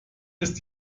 ist